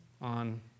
on